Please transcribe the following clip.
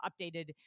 updated